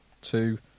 two